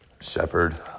shepherd